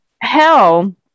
hell